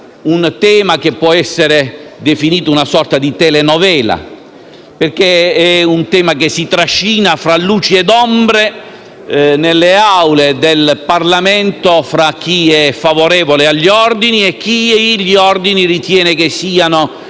ordini, che può essere definito una sorta di telenovela, perché si trascina, tra luci e ombre, nelle Aule del Parlamento, tra chi è favorevole agli ordini e chi gli ordini ritiene che siano residui